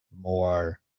more